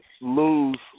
lose